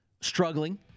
struggling